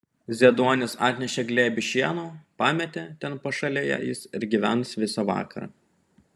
zieduonis atnešė glėbį šieno pametė ten pašalėje jis ir gyvens visą vakarą